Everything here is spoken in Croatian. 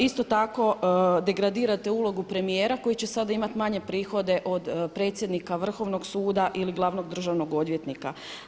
Isto tako degradirate ulogu premijera koji će sada imati manje prihode od predsjednika Vrhovnog suda ili glavnog državnog odvjetnika.